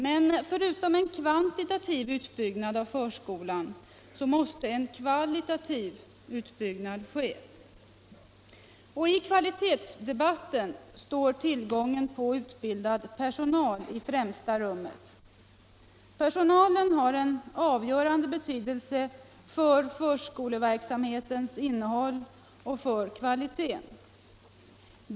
Men förutom en kvantitativ utbyggnad av förskolan måste en I kvalitetsdebatten står tillgången på utbildad personal i främsta rum Torsdagen den met. Personalen har en avgörande betydelse för förskoleverksamhetens 17 april 1975 innehåll och kvalitet.